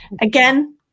Again